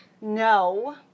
No